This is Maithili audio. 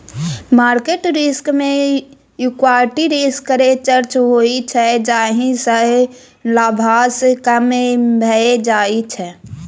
मार्केट रिस्क मे इक्विटी रिस्क केर चर्चा होइ छै जाहि सँ लाभांश कम भए जाइ छै